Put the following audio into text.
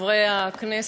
חברי הכנסת,